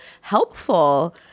helpful